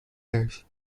tears